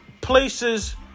places